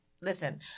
listen